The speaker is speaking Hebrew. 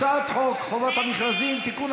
הצעת חוק חובת המכרזים (תיקון,